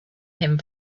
him